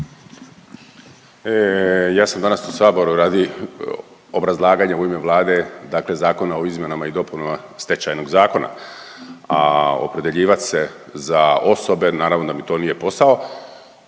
Ja sam danas u Saboru radi obrazlaganja u ime Vlade dakle Zakona o izmjenama i dopunama Stečajnog zakona, a opredjeljivat se za osobe naravno da mi to nije posao.